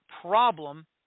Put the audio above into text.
problem